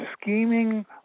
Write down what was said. scheming